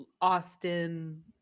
Austin